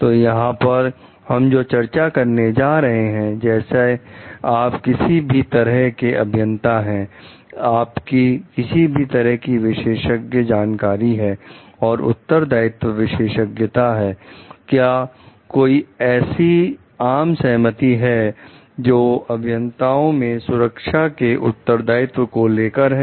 तो यहां पर हम जो चर्चा करने जा रहे हैं जैसे आप किसी भी तरह के अभियंता हैं आपकी किसी भी तरह की विशेषज्ञ जानकारी और उत्तरदायित्व विशेषज्ञता है क्या कोई ऐसी आम सहमति है जो अभियंताओं मैं सुरक्षा के उत्तरदायित्व को लेकर है